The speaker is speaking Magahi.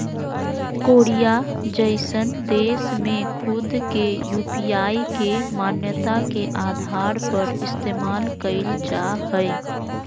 कोरिया जइसन देश में खुद के यू.पी.आई के मान्यता के आधार पर इस्तेमाल कईल जा हइ